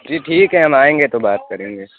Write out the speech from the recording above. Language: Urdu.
جی ٹھیک ہے ہم آئیں گے تو بات کریں گے